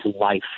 life